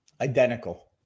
Identical